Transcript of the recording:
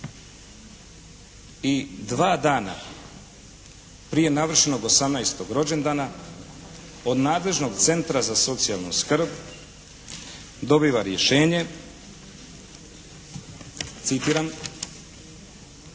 i dva dana prije navršenog 18. rođendana od nadležnog Centra za socijalnu skrb dobiva rješenje, citiram